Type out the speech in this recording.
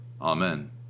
Amen